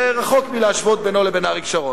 רחוק מלהשוות בינו לבין אריק שרון.